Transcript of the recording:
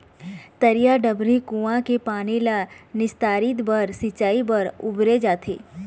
तरिया, डबरी, कुँआ के पानी ल निस्तारी बर, सिंचई बर बउरे जाथे